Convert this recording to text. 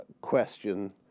question